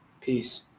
peace